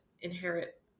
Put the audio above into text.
inherit